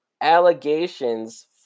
allegations